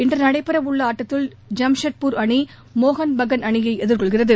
இன்று நடைபெறவுள்ள ஆட்டத்தில் ஜம்ஷெட்பூர் அணி மோகன் பகான் அணியை எதிர்கொள்கிறது